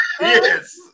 Yes